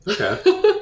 okay